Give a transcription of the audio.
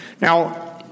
Now